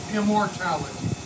immortality